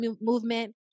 movement